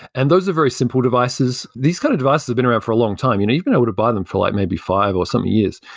and those are very simple devices. these kind of devices have been around for a long time. you know you've been able to buy them for like maybe five or some years.